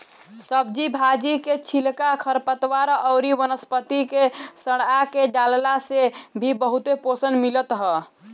सब्जी भाजी के छिलका, खरपतवार अउरी वनस्पति के सड़आ के डालला से भी बहुते पोषण मिलत ह